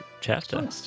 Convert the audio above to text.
chapter